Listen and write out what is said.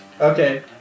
Okay